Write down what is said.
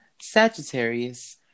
Sagittarius